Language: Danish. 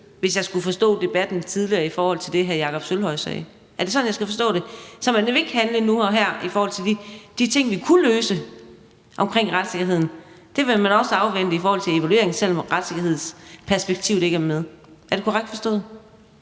hvis jeg har forstået debatten tidligere om det, hr. Jakob Sølvhøj sagde? Er det sådan, jeg skal forstå det? Man vil ikke handle nu og her i forhold til de ting, vi kunne løse omkring retssikkerheden. Der vil man også afvente evalueringen, selv om retssikkerhedsperspektivet ikke er med. Er det korrekt forstået?